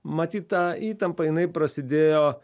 matyt ta įtampa jinai prasidėjo